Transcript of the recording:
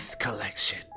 collection